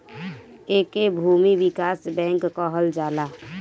एके भूमि विकास बैंक कहल जाला